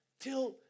till